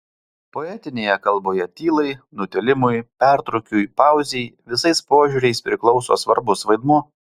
poetinėje kalboje tylai nutilimui pertrūkiui pauzei visais požiūriais priklauso svarbus vaidmuo